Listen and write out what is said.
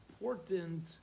important